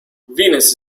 venus